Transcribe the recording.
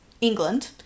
England